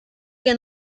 que